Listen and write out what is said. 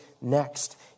next